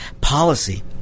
policy